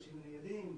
מכשירים ניידים,